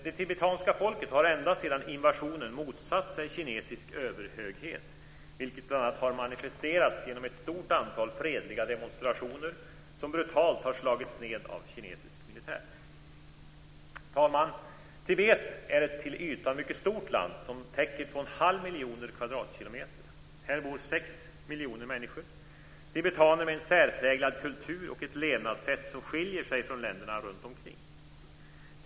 Det tibetanska folket har ända sedan invasionen motsatt sig kinesisk överhöghet, vilket bl.a. har manifesterats genom ett stort antal fredliga demonstrationer som brutalt har slagits ned av kinesisk militär. Fru talman! Tibet är ett till ytan mycket stort land som täcker 2 1⁄2 miljoner kvadratkilometer. Här bor 6 miljoner människor - tibetaner med en särpräglad kultur och ett levnadssätt som skiljer sig från hur det är i länderna runtomkring.